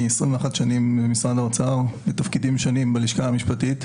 אני 21 שנים במשרד האוצר בתפקידים שונים בלשכה המשפטית,